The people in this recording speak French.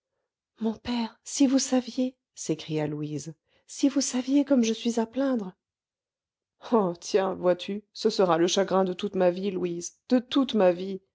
mon père si vous saviez s'écria louise si vous saviez comme je suis à plaindre oh tiens vois-tu ce sera le chagrin de toute ma vie louise de toute ma vie